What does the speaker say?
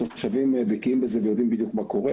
התושבים בקיעים בזה ויודעים בדיוק מה קורה.